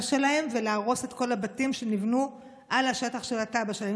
שלהם ולהרוס את כל הבתים שנבנו על השטח של התב"ע שלהם.